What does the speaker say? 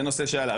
זה נושא שעלה.